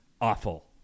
awful